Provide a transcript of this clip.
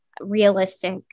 realistic